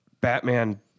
Batman